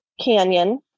canyon